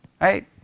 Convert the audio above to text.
Right